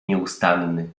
nieustanny